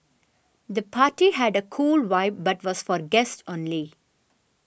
the party had a cool vibe but was for guests only